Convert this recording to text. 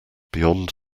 beyond